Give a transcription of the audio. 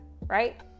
right